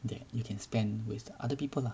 that you can spend with other people lah